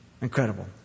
Incredible